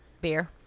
Beer